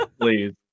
please